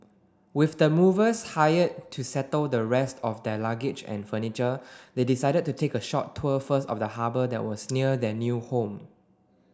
with the movers hired to settle the rest of their luggage and furniture they decided to take a short tour first of the harbour that was near their new home